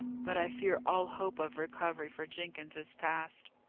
but i fear all hope of recovery for jenkins is past.